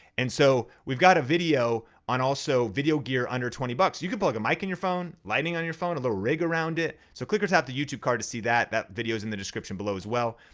and so, we've got a video on also video gear under twenty bucks. you can plug a mic in your phone, lighting on your phone, a little rig around it, so click or tap the youtube card to see that, that video is in the description below as well.